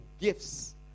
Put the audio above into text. gifts